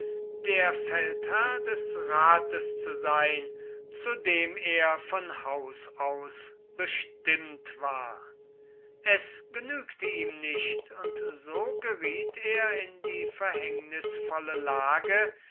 der feldherr des rates zu sein zu dem er von haus aus bestimmt war es genügte ihm nicht und so geriet er in die verhängnisvolle lage